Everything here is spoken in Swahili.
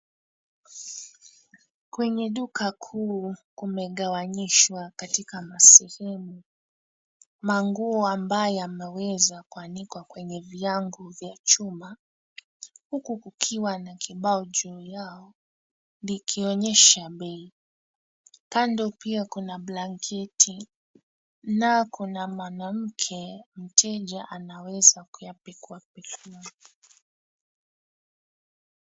Kwenye duka kuu kumegawanyishwa katika masehemu. Manguo ambayo yameweza kuanikwa kwenye viango vya chuma, huku kukiwa na kibao juu yao, likionyesha bei. Kando pia kuna blanketi na kuna mwanamke mteja anaweza kuyapekuapekua.